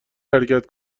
حرکت